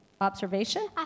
Observation